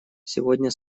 сегодня